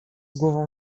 głową